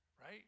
right